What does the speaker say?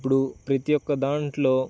ఇప్పుడు ప్రతీ ఒక్క దానిలో